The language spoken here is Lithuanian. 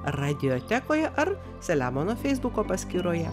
radiotekoje ar selemono feisbuko paskyroje